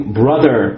brother